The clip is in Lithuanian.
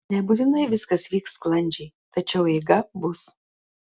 nebūtinai viskas vyks sklandžiai tačiau eiga bus